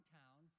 town